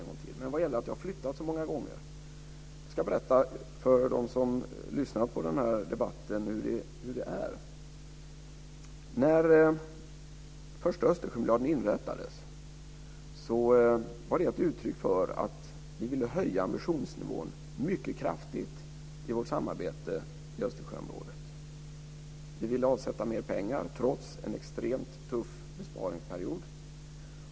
När det gäller att detta har flyttats så många gånger ska jag berätta för dem som lyssnar på den här debatten hur det är. När den första Östersjömiljarden inrättades var det ett uttryck för att vi ville höja ambitionsnivån mycket kraftigt i vårt samarbete i Östersjöområdet. Vi ville avsätta mer pengar trots en extremt tuff besparingsperiod.